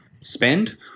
spend